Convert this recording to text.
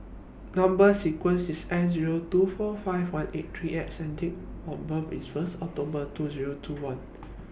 Number sequence IS S Zero two four five one eight three X and Date of birth IS First October two Zero two one